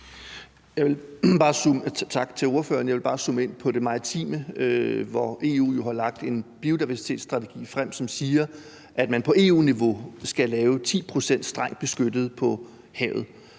Tak til ordføreren. Jeg vil bare zoome ind på det maritime, hvor EU jo har lagt en biodiversitetsstrategi frem, som siger, at man på EU-niveau skal have 10 pct. strengt beskyttet havareal.